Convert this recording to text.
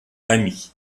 ami